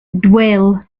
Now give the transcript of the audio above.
dwell